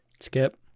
Skip